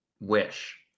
Wish